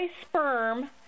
sperm